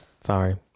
Sorry